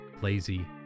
lazy